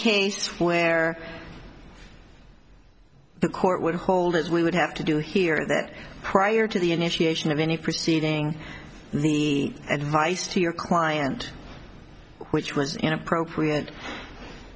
case where the court would hold as we would have to do here that prior to the initiation of any proceeding me advice to your client which was an appropriate